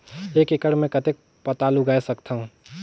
एक एकड़ मे कतेक पताल उगाय सकथव?